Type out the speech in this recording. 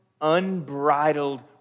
unbridled